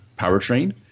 powertrain